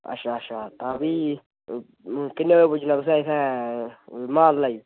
अच्छा अच्छा तां फ्ही किन्ने बजे पुज्जना तुसें इत्थे माबला ई